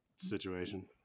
situation